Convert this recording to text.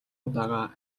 удаа